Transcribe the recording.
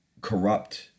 corrupt